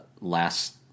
last